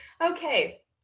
Okay